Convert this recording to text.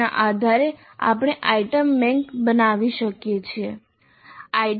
તેના આધારે આપણે આઇટમ બેંક બનાવી શકીએ છીએ